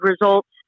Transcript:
results